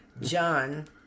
John